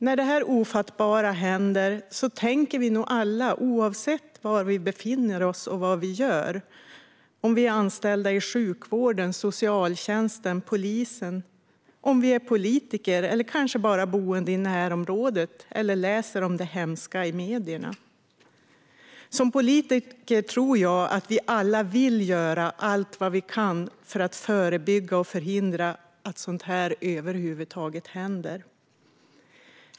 När detta ofattbara händer börjar vi nog alla att tänka, oavsett var vi befinner oss och vad vi gör, oavsett om vi är anställda inom sjukvården, socialtjänsten eller polisen och oavsett om vi är politiker, boende i närområdet eller läser om det hemska i medierna. Som politiker tror jag att vi alla vill göra allt vi kan för att förebygga och förhindra att sådant här över huvud taget händer.